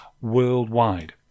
worldwide